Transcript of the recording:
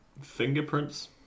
fingerprints